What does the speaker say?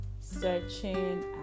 searching